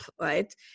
right